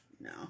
No